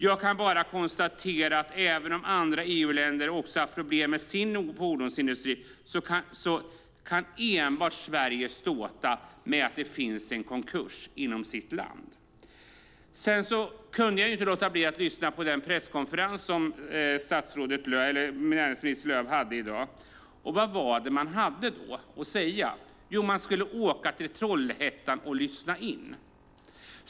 Jag kan bara konstatera att även om också andra EU-länder har haft problem i sin fordonsindustri kan enbart Sverige ståta med en konkurs inom sitt land. Jag kunde inte låta bli att lyssna på den presskonferens som näringsminister Lööf hade i dag. Vad var det man hade att säga? Jo, man skulle åka till Trollhättan och lyssna in.